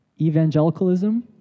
evangelicalism